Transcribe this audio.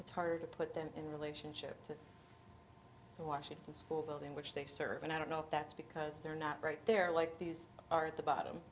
it's hard to put them in relationship to the washington school building which they serve and i don't know if that's because they're not right there like these are at the bottom